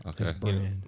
okay